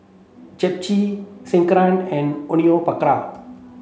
Japchae Sekihan and Onion Pakora